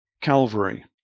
calvary